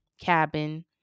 cabin